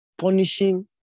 punishing